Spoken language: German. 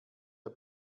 der